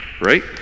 right